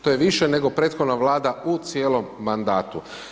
To je više nego prethodna Vlada u cijelom madatu.